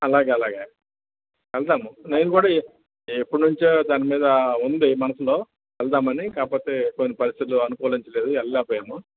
అలాగే అలాగే వెళ్దాము నేనుకూడా ఎప్పటినుంచో దానిమీద ఉంది మనసులో వెళ్దామని కాకపోతే కొన్ని పరిస్థితులు అనుకూలించలేదు వెళ్లలేకపోయాము